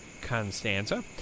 Constanza